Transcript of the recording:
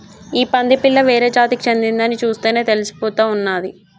ఈ పంది పిల్ల వేరే జాతికి చెందిందని చూస్తేనే తెలిసిపోతా ఉన్నాది